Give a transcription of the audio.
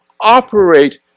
operate